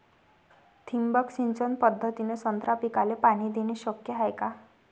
ठिबक सिंचन पद्धतीने संत्रा पिकाले पाणी देणे शक्य हाये का?